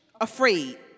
Afraid